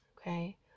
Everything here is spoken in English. okay